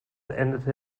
endete